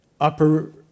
upper